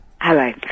Hello